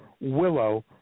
Willow